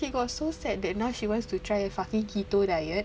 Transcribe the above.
she got so sad that now she wants to try a fucking keto diet